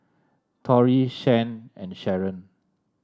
Torie Shan and Sheron